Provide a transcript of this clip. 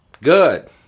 good